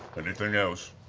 but anything else?